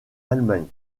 allemagne